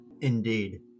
Indeed